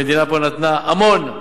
המדינה פה נתנה המון,